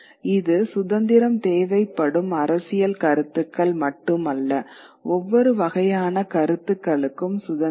இது சுதந்திரம் தேவைப்படும் அரசியல் கருத்துக்கள் மட்டுமல்ல ஒவ்வொரு வகையான கருத்துக்களுக்கும் சுதந்திரம்